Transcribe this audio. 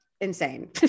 insane